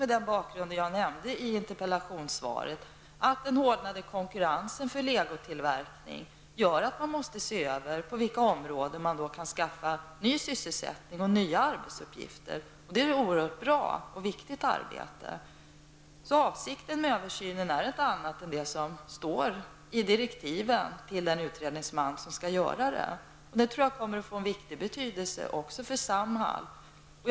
Det sker mot bakgrund av det jag nämnde i interpellationssvaret, nämligen den hårdnande konkurrensen för legotillverkningen, som gör att man måste se över på vilka områden det går att skapa ny sysselsättning och nya arbetsuppgifter. Det är ett oerhört bra och viktigt arbete. Avsikten med översynen är ingen annan än det som står i direktiven till den utredningsman som gör översynen. Denna kommer också att få en stor betydelse även för Samhall.